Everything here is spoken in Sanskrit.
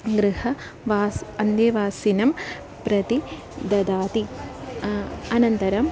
गृहवासः अन्तेवासिनं प्रति ददाति अनन्तरम्